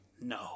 no